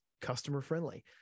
customer-friendly